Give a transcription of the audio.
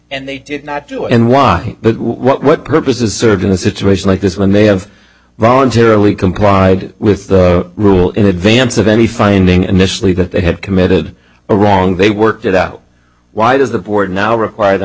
and they did not do and why but what purpose is served in a situation like this when they have voluntarily complied with the rule in advance of any finding initially that they had committed a wrong they worked it out why does the board now require them